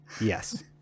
Yes